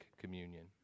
communion